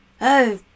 Oh